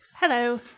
Hello